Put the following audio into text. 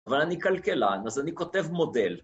אבל אני כלכלן, אז אני כותב מודל.